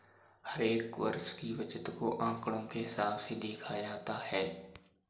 हर एक वर्ष की बचत को आंकडों के हिसाब से देखा जाता है